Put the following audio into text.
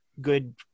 good